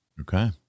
Okay